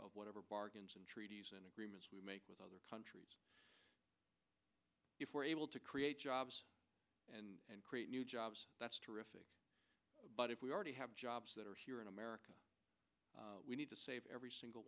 whatever bargains and treaties and agreements we make with other countries if we're able to create jobs and create new jobs that's terrific but if we already have jobs that are here in america we need to save every single